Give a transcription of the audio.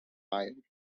hired